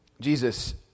Jesus